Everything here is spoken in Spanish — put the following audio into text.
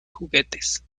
juguetes